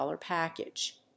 package